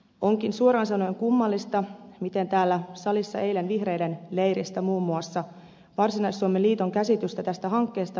onkin suoraan sanoen kummallista miten täällä salissa eilen vihreiden leiristä on leimattu asiantuntemattomaksi ja tunteelliseksi muun muassa varsinais suomen liiton käsitys tästä hankkeesta